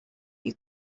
you